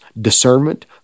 discernment